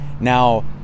now